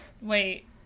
Wait